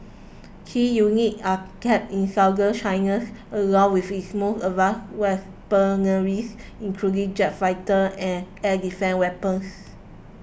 key units are kept in Southern China along with its most advanced weaponry including jet fighters and air defence weapons